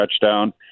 touchdown